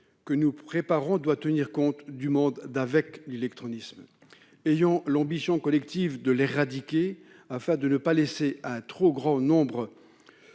que nous préparons doit tenir compte de l'illectronisme. Ayons l'ambition collective d'éradiquer celui-ci, afin de ne pas laisser un trop grand nombre